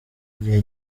gihe